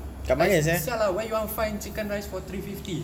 like [sial] ah where you want to find chicken rice for three fifty